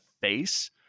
face